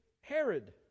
Herod